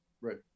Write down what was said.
Right